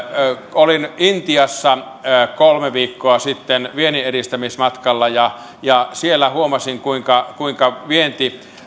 olin intiassa kolme viikkoa sitten vienninedistämismatkalla ja ja siellä huomasin kuinka kuinka vienti